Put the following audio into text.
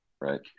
right